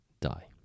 die